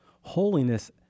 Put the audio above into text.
Holiness